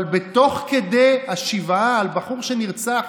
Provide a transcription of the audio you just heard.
אבל תוך כדי השבעה על בחור שנרצח